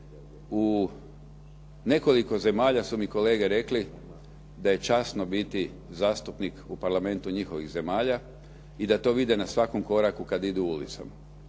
U nekoliko zemalja su mi kolege rekli da je časno biti zastupnik u parlamentu njihovih zemalja i da to vide na svakom koraku kada idu ulicom.